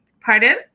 Pardon